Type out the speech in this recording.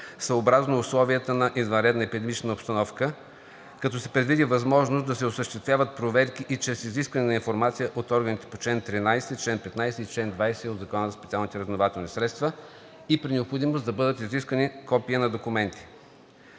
съобразно условията на извънредна епидемична обстановка, като се предвиди възможност да се осъществяват проверки и чрез изискване на информация от органите по чл. 13, чл. 15 и чл. 20 от Закона за специалните разузнавателни средства и при необходимост да бъдат изискани копия на документи.